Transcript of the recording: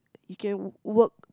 you can work